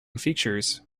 features